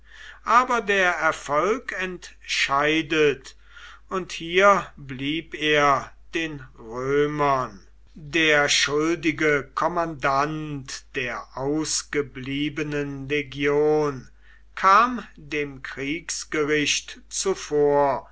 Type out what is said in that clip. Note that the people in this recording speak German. aber der erfolg entscheidet und hier blieb er den römern der schuldige kommandant der ausgebliebenen legion kam dem kriegsgericht zuvor